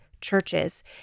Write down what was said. churches